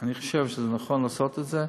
אני חושב שנכון לעשות את זה,